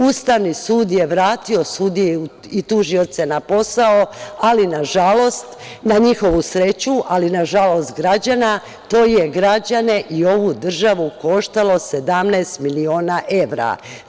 Ustavni sud je vratio sudije i tužioce na posao, ali na njihovu sreću, ali na žalost građana to je građane i ovu državu koštalo 17 miliona evra.